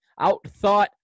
outthought